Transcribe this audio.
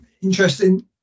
interesting